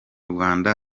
rwanda